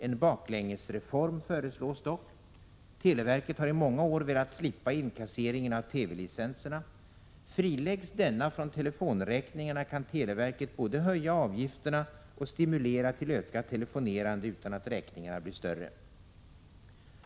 En baklängesreform föreslås dock. Televerket har i många år velat slippa inkasseringen av TV-licenserna. Friläggs denna från telefonräkningarna kan televerket både höja avgifterna och stimulera till ökat telefonerande utan att räkningarna blir större.